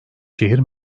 şehir